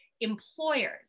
employers